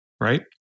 right